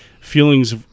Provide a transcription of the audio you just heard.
feelings